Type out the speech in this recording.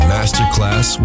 Masterclass